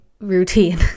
routine